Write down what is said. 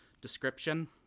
description